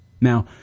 Now